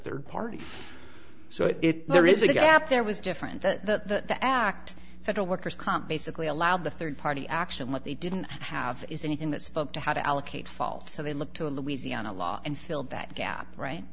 third party so if there is a gap there was different the the act federal workers comp basically allowed the third party action what they didn't have is anything that spoke to how to allocate fault so they look to louisiana law and fill that gap right